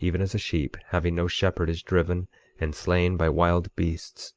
even as a sheep having no shepherd is driven and slain by wild beasts